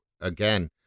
again